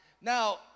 Now